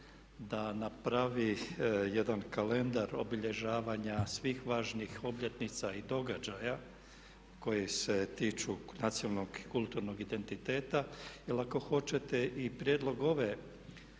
da napravi jedan kalendar obilježavanja svih važnih obljetnica i događaja koje se tiču nacionalnog i kulturnog identiteta. Jer ako hoćete i prijedlog ove,